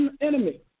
enemy